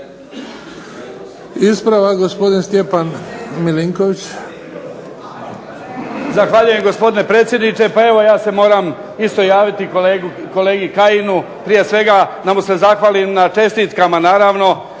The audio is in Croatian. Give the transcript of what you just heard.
Ispravak, gospodin Stjepan Milinković.